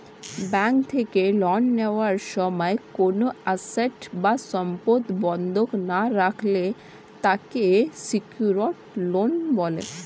bank থেকে ঋণ নেওয়ার সময় কোনো অ্যাসেট বা সম্পদ বন্ধক না রাখলে তাকে সিকিউরড লোন বলে